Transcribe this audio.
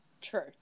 True